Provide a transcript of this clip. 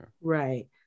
right